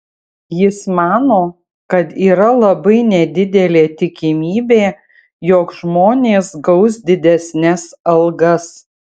jis mano kad yra labai nedidelė tikimybė jog žmonės gaus didesnes algas